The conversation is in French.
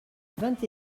vingt